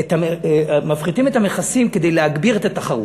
את המכסים כדי להגביר את התחרות.